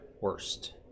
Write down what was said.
worst